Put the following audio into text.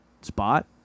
spot